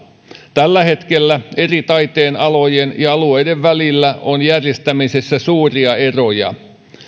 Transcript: tällä hetkellä eri taiteen alojen ja alueiden välillä on järjestämisessä suuria eroja